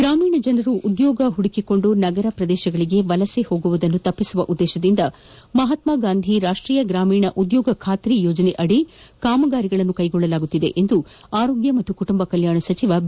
ಗ್ರಾಮೀಣ ಜನರು ಉದ್ಯೋಗ ಹುಡುಕಿಕೊಂಡು ನಗರ ಪ್ರದೇಶಗಳಿಗೆ ವಲಸೆ ಹೋಗುವುದನ್ನು ತಪ್ಪಿಸುವ ಉದ್ದೇಶದಿಂದ ಮಹಾತ್ಮ ಗಾಂಧಿ ರಾಷ್ಟೀಯ ಗ್ರಾಮೀಣ ಉದ್ಯೋಗ ಖಾತರಿ ಯೋಜನೆ ಅದಿ ಕಾಮಗಾರಿಗಳನ್ನು ಕೈಗೊಳ್ಳಲಾಗುತ್ತಿದೆ ಎಂದು ಆರೋಗ್ಯ ಮತ್ತು ಕುಟುಂಬ ಕಲ್ಯಾಣ ಸಚಿವ ಬಿ